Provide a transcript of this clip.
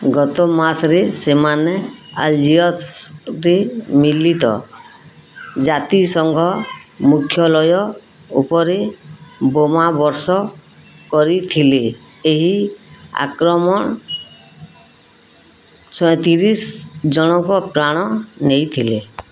ଗତ ମାସରେ ସେମାନେ ଆଲଜିୟର୍ସରେ ମିଳିତ ଜାତିସଂଘ ମୁଖ୍ୟାଳୟ ଉପରେ ବୋମା ବର୍ଷଣ କରିଥିଲେ ଏହି ଆକ୍ରମଣ ସଇଁତିରିଶି ଜଣଙ୍କ ପ୍ରାଣ ନେଇଥିଲା